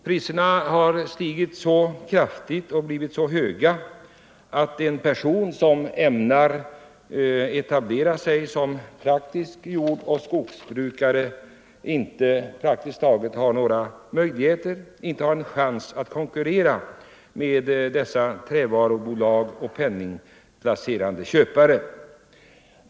Priserna har stigit så kraftigt och blivit så höga att en person som ämnar etablera sig som jordoch skogsbrukare praktiskt taget inte har en chans att konkurrera med dessa trävarubolag och penningplacerande köpare.